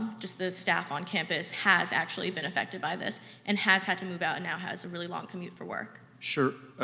just the staff on campus has actually been affected by this and has had to move out and now has a really long commute for work. sure.